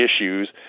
issues